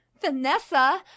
Vanessa